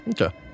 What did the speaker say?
Okay